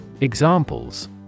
Examples